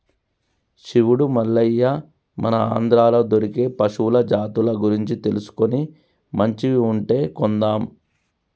శివుడు మల్లయ్య మన ఆంధ్రాలో దొరికే పశువుల జాతుల గురించి తెలుసుకొని మంచివి ఉంటే కొందాం